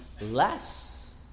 less